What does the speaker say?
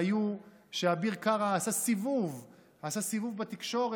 שאביר קארה עשה סיבוב בתקשורת,